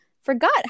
forgot